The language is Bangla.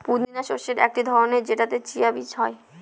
পুদিনা শস্যের একটি ধরন যেটাতে চিয়া বীজ হয়